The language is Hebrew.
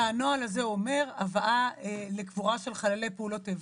שאומר הבאה לקבורה של נפגעי פעולות איבה.